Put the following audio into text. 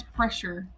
pressure